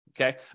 Okay